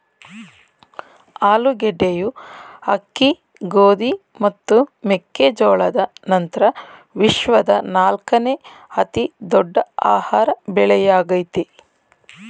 ಆಲೂಗಡ್ಡೆಯು ಅಕ್ಕಿ ಗೋಧಿ ಮತ್ತು ಮೆಕ್ಕೆ ಜೋಳದ ನಂತ್ರ ವಿಶ್ವದ ನಾಲ್ಕನೇ ಅತಿ ದೊಡ್ಡ ಆಹಾರ ಬೆಳೆಯಾಗಯ್ತೆ